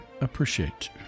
appreciate